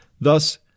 Thus